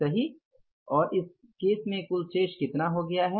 सही और इस केस में कुल शेष कितना हो गया है